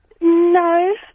No